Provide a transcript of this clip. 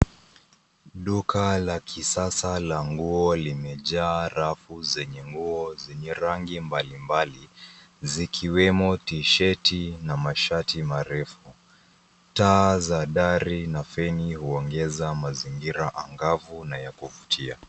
Duka la kisasa la nguo limejaa rafu zenye nguo zenye rangi mbalimbali zikiwemo tisheti na mashati marefu. Taa za dari na feni huongeza mazingira angavu na ya kuvutia.